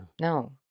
No